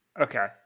okay